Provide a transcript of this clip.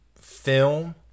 film